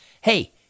Hey